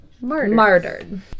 martyred